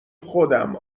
خودم